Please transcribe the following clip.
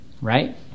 right